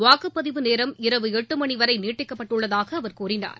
வாக்குப்பதிவு நேரம் இரவு எட்டு மணி வரை நீட்டிக்கப்பட்டுள்ளதாக அவர் கூறினார்